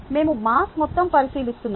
మేము మాస్ మొత్తంని పరిశీలిస్తున్నాము